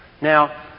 Now